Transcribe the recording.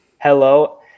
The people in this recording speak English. Hello